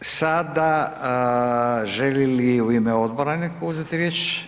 Sada želi li u ime odbora netko uzeti riječ?